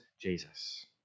Jesus